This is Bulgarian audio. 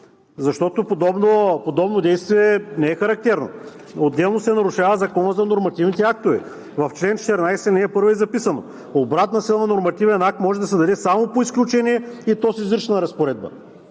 Защото подобно действие не е характерно. Отделно се нарушава Законът за нормативните актове. В чл. 14, ал. 1 е записано: „Обратна сила на нормативен акт може да се даде само по изключение, и то с изрична разпоредба.“